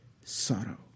sorrow